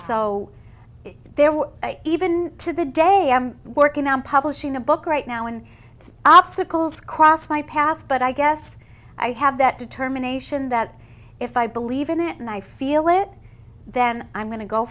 so there were even to the day i'm working on publishing a book right now and it's obstacles crossed my path but i guess i have that determination that if i believe in it and i feel it then i'm going to go